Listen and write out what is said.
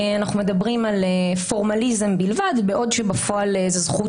אנחנו מדברים על פורמליזם בלבד בעוד שבפועל זו זכות